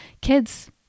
kids